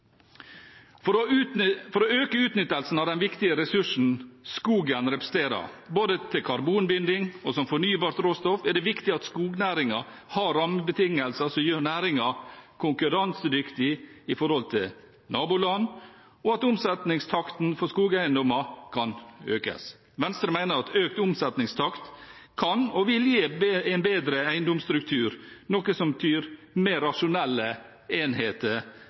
For å øke utnyttelsen av den viktige ressursen skogen representerer, både til karbonbinding og som fornybart råstoff, er det viktig at skognæringen har rammebetingelser som gjør næringen konkurransedyktig i forhold til naboland, og at omsetningstakten for skogeiendommer kan økes. Venstre mener at økt omsetningstakt kan og vil gi en bedre eiendomsstruktur, noe som betyr mer rasjonelle enheter